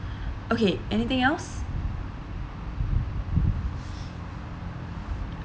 okay anything else